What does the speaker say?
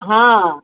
ହଁ